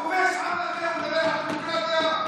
כובש עם אחר ומדבר על דמוקרטיה.